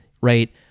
right